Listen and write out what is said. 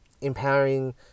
empowering